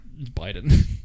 Biden